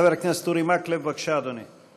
חבר הכנסת אורי מקלב, בבקשה, אדוני.